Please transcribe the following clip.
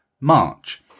March